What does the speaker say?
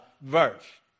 verse